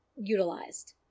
utilized